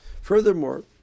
Furthermore